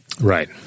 Right